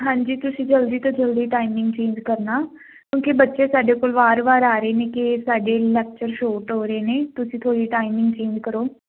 ਹਾਂਜੀ ਤੁਸੀਂ ਜਲਦੀ ਤੋਂ ਜਲਦੀ ਟਾਈਮਿੰਗ ਚੇਂਜ ਕਰਨਾ ਕਿਉਂਕਿ ਬੱਚੇ ਸਾਡੇ ਕੋਲ ਵਾਰ ਵਾਰ ਆ ਰਹੇ ਨੇ ਕਿ ਸਾਡੇ ਲੈਕਚਰ ਸ਼ੋਟ ਹੋ ਰਹੇ ਨੇ ਤੁਸੀਂ ਥੋੜੀ ਟਾਈਮਿੰਗ ਚੇਂਜ ਕਰੋ